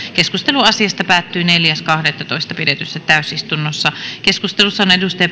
keskustelu asiasta päättyi neljäs kahdettatoista kaksituhattaseitsemäntoista pidetyssä täysistunnossa keskustelussa on